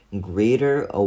Greater